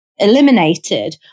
eliminated